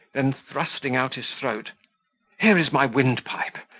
then thrusting out his throat here is my windpipe,